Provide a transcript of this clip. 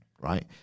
right